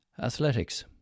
Athletics